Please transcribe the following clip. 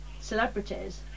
celebrities